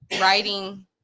writing